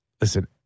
listen